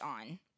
on